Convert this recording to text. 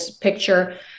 picture